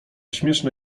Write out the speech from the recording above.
śmieszna